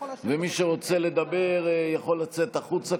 ומי שרוצה לדבר יכול לצאת החוצה,